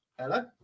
Hello